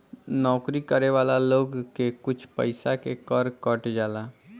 नौकरी करे वाला लोग के कुछ पइसा के कर कट जाला